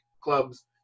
clubs